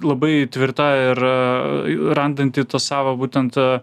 labai tvirta ir randanti tą savo būtent